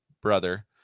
brother